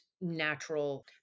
natural